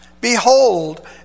behold